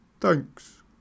Thanks